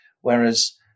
whereas